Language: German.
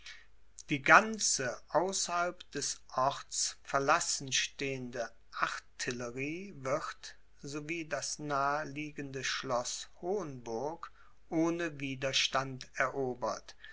die ganze außerhalb des orts verlassen stehende artillerie wird so wie das nahe liegende schloß honburg ohne widerstand erobert